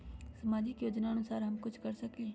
सामाजिक योजनानुसार हम कुछ कर सकील?